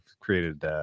created